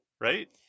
right